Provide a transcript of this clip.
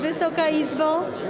Wysoka Izbo!